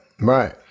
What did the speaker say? Right